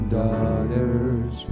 daughters